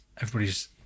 Everybody's